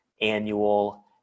annual